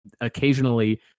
occasionally